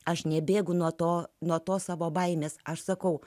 aš nebėgu nuo to nuo to savo baimes aš sakau